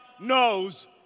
knows